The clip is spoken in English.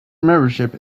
membership